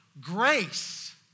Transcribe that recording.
grace